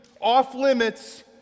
off-limits